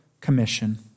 commission